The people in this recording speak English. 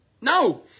No